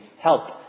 help